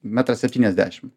metras septyniasdešim